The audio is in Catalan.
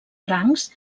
francs